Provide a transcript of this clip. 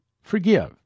Forgive